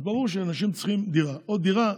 אז ברור שאנשים צריכים דירה, או דירה